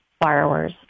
borrowers